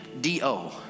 D-O